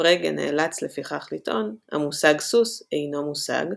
פרגה נאלץ לפיכך לטעון "המושג סוס אינו מושג",